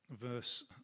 verse